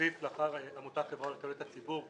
להוסיף לאחר "עמותה או חברה לתועלת הציבור",